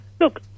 Look